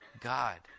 God